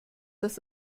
das